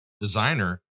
Designer